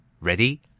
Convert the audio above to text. ready